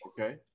Okay